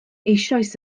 eisoes